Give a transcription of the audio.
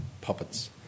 puppets